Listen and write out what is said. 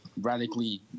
radically